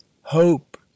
hope